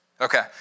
Okay